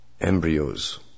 embryos